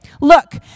look